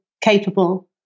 capable